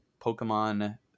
Pokemon